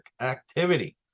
activity